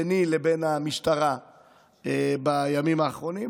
ביני לבין המשטרה בימים האחרונים,